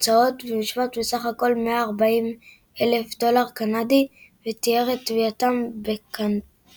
הוצאות משפט בסך 140,000 דולר קנדי ותיאר את תביעתם כקנטרנית.